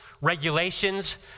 regulations